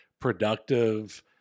productive